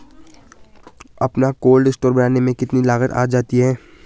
अपना cold store बनाने में कितनी लागत आ जाती है?